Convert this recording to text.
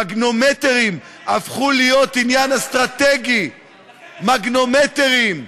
מגנומטרים הפכו להיות עניין אסטרטגי, מגנומטרים,